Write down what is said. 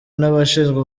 n’abashinzwe